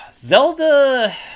Zelda